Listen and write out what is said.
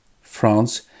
France